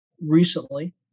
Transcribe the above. recently